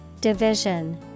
Division